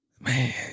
Man